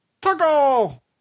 toggle